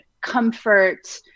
comfort